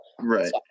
right